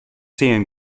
zählen